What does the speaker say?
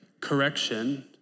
Correction